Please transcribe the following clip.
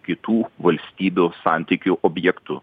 kitų valstybių santykių objektu